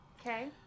Okay